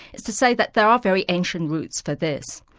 is to say that there are very ancient roots for this.